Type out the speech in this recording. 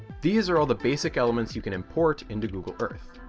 these are all the basic elements you can import into google earth,